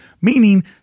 meaning